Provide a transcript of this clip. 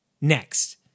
next